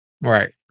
Right